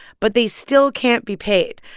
but they still can't be paid.